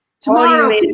Tomorrow